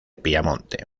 piamonte